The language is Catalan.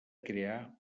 crear